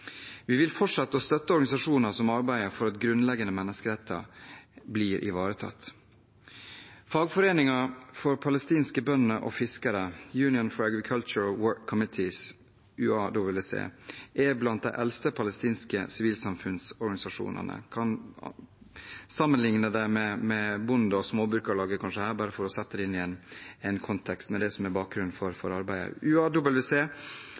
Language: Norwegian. Vi vil fortsette å støtte organisasjoner som arbeider for at grunnleggende menneskerettigheter blir ivaretatt. Fagforeningen for palestinske bønder og fiskere, Union of Agricultural Work Committees, UAWC, er blant de eldste palestinske sivilsamfunnsorganisasjonene. Vi kan kanskje sammenligne det med Bonde- og Småbrukarlaget her, bare for å sette det inn i en kontekst, med det som er bakgrunnen for